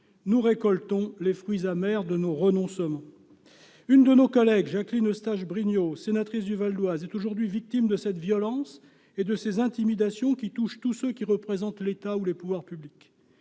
Nous récoltons les fruits amers de nos renoncements. L'une de nos collègues, Jacqueline Eustache-Brinio, sénatrice du Val-d'Oise, est aujourd'hui victime de cette violence et de ces intimidations, qui touchent tous ceux qui représentent l'État ou les pouvoirs publics.